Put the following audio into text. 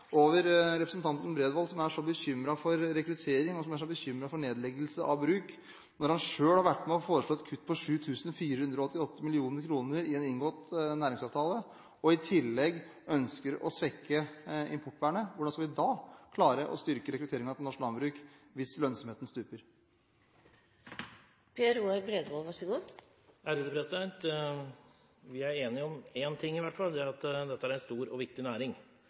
så bekymret for rekruttering, og som er så bekymret for nedleggelse av bruk, når han selv har vært med og foreslått kutt på 7 488 mill. kr i en inngått næringsavtale og i tillegg ønsker å svekke importvernet. Hvordan skal vi da klare å styrke rekrutteringen til norsk landbruk hvis lønnsomheten stuper? Vi er enige om én ting i hvert fall. Det er at dette er en stor og viktig næring.